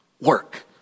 work